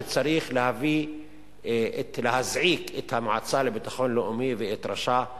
שצריך להזעיק את המועצה לביטחון לאומי ואת ראשה,